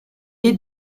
est